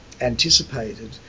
anticipated